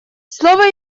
слово